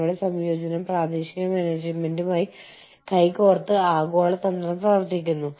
നിങ്ങളുടെ രാജ്യത്തിനുള്ളിൽ നിങ്ങളത് ആരംഭിക്കുന്നു